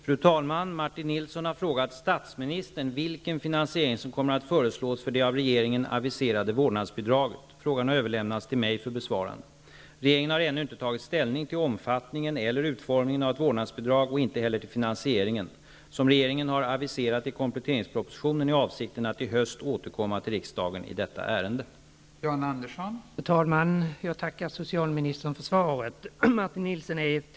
Fru talman! Martin Nilsson har frågat statsministern vilken finansiering som kommer att föreslås för det av regeringen aviserade vårdnadsbidraget. Frågan har överlämnats till mig för besvarande. Regeringen har ännu inte tagit ställning till omfattningen eller utformningen av ett vårdnadsbidrag och inte heller till finansieringen. Som regeringen har aviserat i kompletteringspropositionen är avsikten att i höst återkomma till riksdagen i detta ärende.